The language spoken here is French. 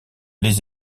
les